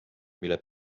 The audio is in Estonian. mille